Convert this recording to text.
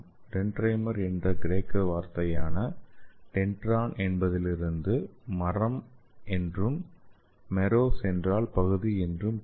dendrimer என்ற சொல் கிரேக்க வார்த்தையான டென்ட்ரான் என்பதிலிருந்து மரம் என்றும் மெரோஸ் என்றால் பகுதி என்றும் பொருள்